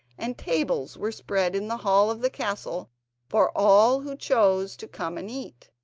and tables were spread in the hall of the castle for all who chose to come and eat.